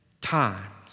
times